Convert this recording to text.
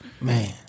man